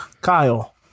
Kyle